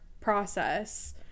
process